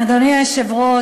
אדוני היושב-ראש,